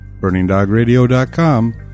burningdogradio.com